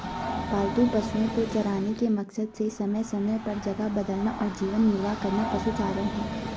पालतू पशुओ को चराने के मकसद से समय समय पर जगह बदलना और जीवन निर्वाह करना पशुचारण है